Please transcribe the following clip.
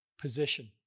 position